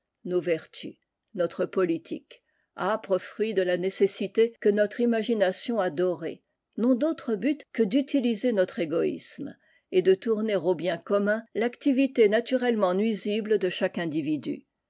nos vertus notre politique âpres fruits de la nécessité que notre imagination a dorés n'ont d'autre but que d'utiliser notre égoïsme et de tourner au bien commun l'activité naturellement nuisible de chaque individu